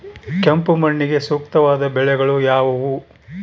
ಕೆಂಪು ಮಣ್ಣಿಗೆ ಸೂಕ್ತವಾದ ಬೆಳೆಗಳು ಯಾವುವು?